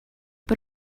but